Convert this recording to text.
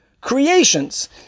creations